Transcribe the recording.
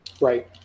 Right